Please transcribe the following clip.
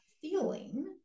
feeling